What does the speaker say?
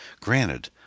Granted